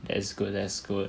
that's good that's good